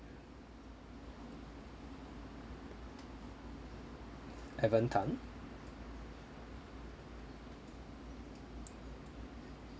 evan tan